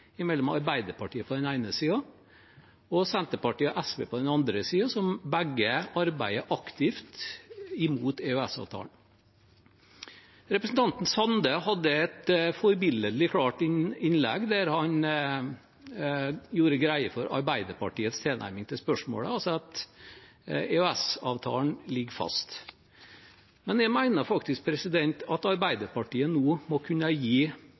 Arbeiderpartiet på den ene siden og Senterpartiet og SV, som begge arbeider aktivt imot EØS-avtalen, på den andre siden. Representanten Sande hadde et forbilledlig klart innlegg der han gjorde greie for Arbeiderpartiets tilnærming til spørsmålet og sa at EØS-avtalen ligger fast. Men jeg mener at Arbeiderpartiet nå må kunne gi